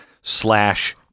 slash